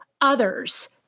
others